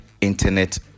internet